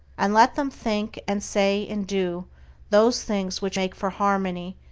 and let them think and say and do those things which make for harmony,